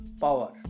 power